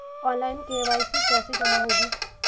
Online KYC कैसे जमा होगी?